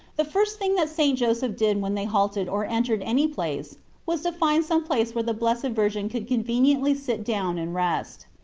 the first thing that st. joseph did when they halted or entered any place was to find some place where the blessed virgin could conveniently sit down and rest.